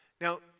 Now